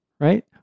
right